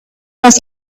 was